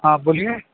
آپ بولیے